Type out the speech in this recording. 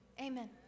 Amen